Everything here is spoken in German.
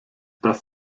das